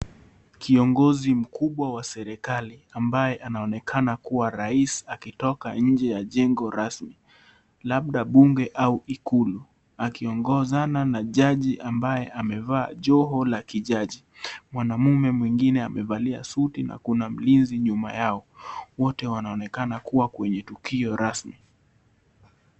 Kiongozi mkubwa wa serikali ambaye anaonekana kuwa rais akitoka nje ya jengo rasmi labda bunge au ikulu akiongozana na jaji ambaye amevaa joho la kijaji. Mwanamume mwingine amevalia suti na kuna mlinzi nyuma yao. Wote wanaonekana kuwa kwenye tukio rasmi.